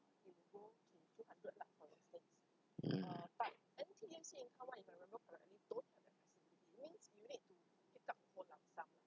ya